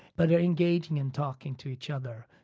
but they're engaging in talking to each other,